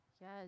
Yes